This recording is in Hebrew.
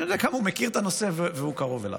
שאני יודע כמה הוא מכיר את הנושא וקרוב אליו.